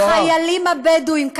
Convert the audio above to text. החיילים הבדואים, חבר הכנסת אבו עראר.